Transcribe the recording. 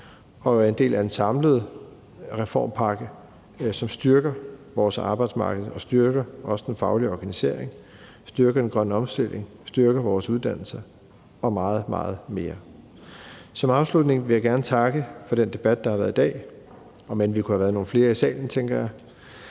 er en del af en samlet reformpakke, som styrker vores arbejdsmarked og også styrker den faglige organisering, den grønne omstilling, vores uddannelser og meget, meget mere. Som afslutning vil jeg gerne takke for den debat, der har været i dag – omend jeg tænker, at vi kunne have været nogle flere i salen – og jeg